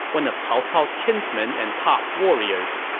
one of cao cao's kinsmen and top warriors.